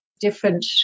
different